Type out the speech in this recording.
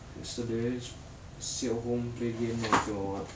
yesterday just sit at home play game lah still got what